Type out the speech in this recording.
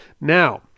Now